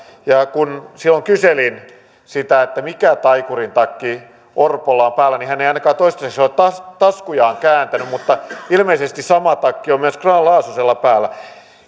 kun silloin kyselin sitä mikä taikurin takki orpolla on päällä niin hän ei ainakaan toistaiseksi ole taskujaan kääntänyt mutta ilmeisesti sama takki on myös grahn laasosella päällä